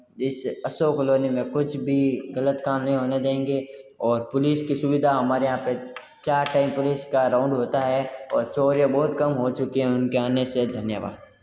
इस असोक कॉलोनी में कुछ भी ग़लत काम नहीं होने देंगे और पुलिस की सुविधा हमारे यहाँ पे चार टाइम पुलिस का राउंड होता है और चोरियाँ बहुत कम हो चुकी हैं उन के आने से धन्यवाद